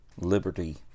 Liberty